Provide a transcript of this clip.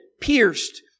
pierced